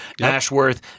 Ashworth